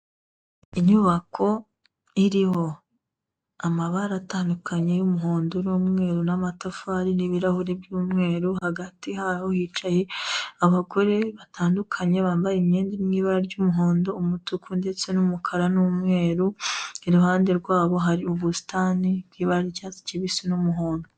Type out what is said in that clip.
Inyubako iriho amabara atandukanye y'umuhondo n'umweru n'amatafari n'ibirahuri by'umweru, hagati hayo hicaye abagore batandukanye bambaye imyenda iri mu ibara ry'umuhondo, umutuku ndetse n'umukara n'umweru, iruhande rwabo hari ubusitani bw'ibara ry'icyatsi kibisi n'umuhondo.